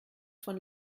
von